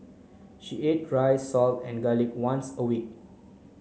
she ate rice salt and garlic once a week